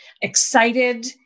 excited